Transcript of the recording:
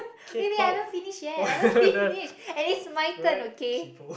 eh wait I haven't finished yet I haven't finished and it's my turn okay